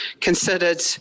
considered